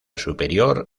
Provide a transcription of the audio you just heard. superior